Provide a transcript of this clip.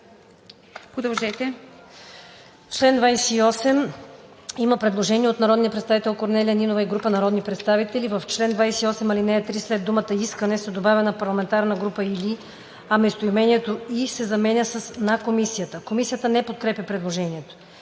По чл. 28 има предложение на народния представител Корнелия Нинова и група народни представители: „В чл. 28 ал. 3 след думата „искане“ се добавя „на парламентарна група или“, а местоимението „й“ се заменя с „на комисията“. Комисията не подкрепя предложението.